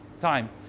time